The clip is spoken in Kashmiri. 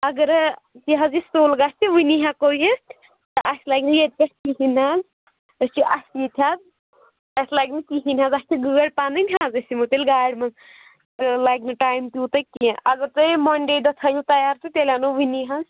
اگرٕ یہِ حظ یہِ سُل گژھِ وٕنی ہٮ۪کو یِتھ تہٕ اَسہِ لگہِ نہٕ ییٚتہِ پٮ۪ٹھ کِہیٖنۍ نہ أسۍ چھِ اَسہِ ییٚتہِ حظ اَسہِ لَگہِ نہٕ کِہیٖنۍ نہ حظ اَسہِ چھِ گأڑۍ پنٕنۍ حظ أسۍ یِمو تیٚلہِ گاڑِ منٛز لگہِ نہٕ ٹایم تیوٗتاہ کیٚنٛہہ اگر تُہۍ یہِ منڈے دۄہ تھٲیِو تیار تہٕ تیٚلہِ اَنو وٕنی حظ